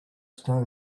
stone